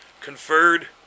conferred